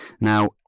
Now